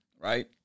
right